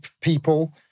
people